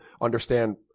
understand